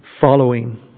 following